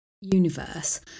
universe